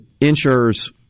insurers